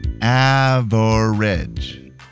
Average